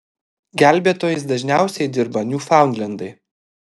gelbėtojais dažniausiai dirba niūfaundlendai